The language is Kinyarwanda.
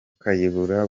kayihura